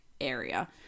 area